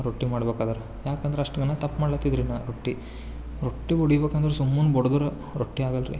ರೊಟ್ಟಿ ಮಾಡ್ಬೇಕಾದ್ರೆ ಯಾಕಂದ್ರೆ ಅಷ್ಟು ನಾನು ತಪ್ಪು ಮಾಡ್ಲತಿದ್ದೇರಿ ನಾ ರೊಟ್ಟಿ ರೊಟ್ಟಿ ಬಡಿಬೇಕಂದರೆ ಸುಮ್ನೆ ಬಡಿದ್ರೆ ರೊಟ್ಟಿ ಆಗಲ್ರಿ